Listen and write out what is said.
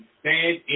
stand